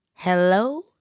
Hello